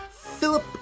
Philip